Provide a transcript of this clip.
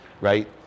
right